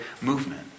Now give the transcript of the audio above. movement